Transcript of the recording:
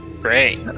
great